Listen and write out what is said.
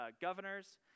governors